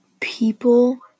people